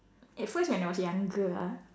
at first when I was younger ah